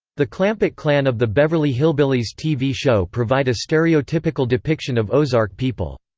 the clampett clan of the beverly hillbillies tv show provide a stereotypical depiction of ozark people.